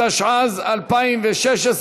התשע"ז 2016,